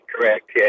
correct